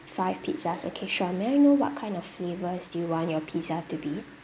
five pizzas okay sure may I know what kind of flavours do you want your pizza to be